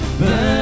burn